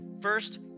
first